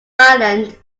island